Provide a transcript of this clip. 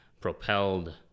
propelled